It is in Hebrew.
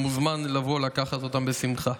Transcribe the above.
הוא מוזמן לבוא ולקחת אותם, בשמחה.